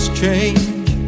change